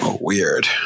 weird